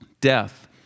death